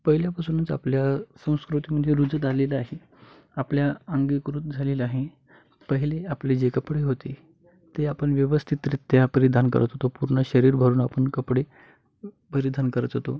पहिल्यापासूनच आपल्या संस्कृतीमध्ये रुजत आलेलं आहे आपल्या अंगीकृत झालेला आहे पहिले आपले जे कपडे होते ते आपण व्यवस्थितरीत्या परिधान करत होतो पूर्ण शरीरभरून आपण कपडे परिधान करत होतो